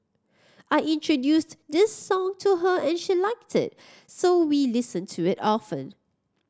I introduced this song to her and she liked it so we listen to it often